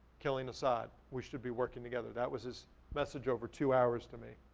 killing assad. we should be working together. that was his message over two hours to me.